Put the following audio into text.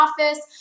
office